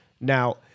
Now